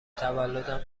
تولدم